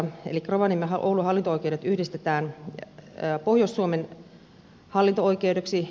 elikkä rovaniemen ja oulun hallinto oikeudet yhdistetään pohjois suomen hallinto oikeudeksi